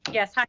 yes. hi,